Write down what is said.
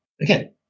Again